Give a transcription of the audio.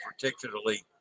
particularly